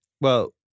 Well-